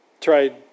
tried